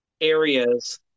areas